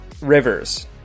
rivers